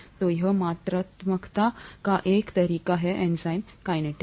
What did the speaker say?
तो यह मात्रात्मकता का एक तरीका है एंजाइम कैनेटीक्स